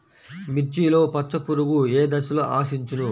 మిర్చిలో పచ్చ పురుగు ఏ దశలో ఆశించును?